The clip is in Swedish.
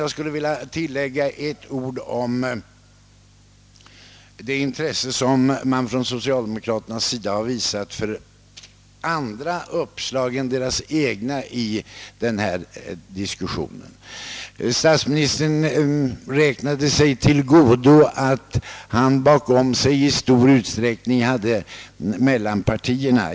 Jag skulle vilja tillägga ett par ord om det intresse som socialdemokraterna har visat för andra uppslag än sina egna i denna diskussion. Statsministern räknade sig till godo att han bakom sig i stor utsträckning hade mittenpartierna.